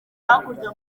hakurya